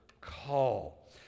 call